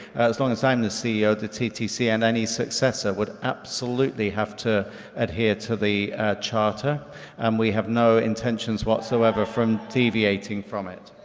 as long as i'm the ceo the ttc and any successor would absolutely have to adhere to the charter and we have no intentions whatsoever from deviating from it.